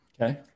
Okay